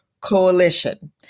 Coalition